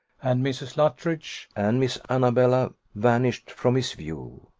and mrs. luttridge, and miss annabella, vanished from his view.